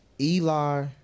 Eli